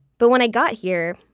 but when i got here,